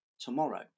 tomorrow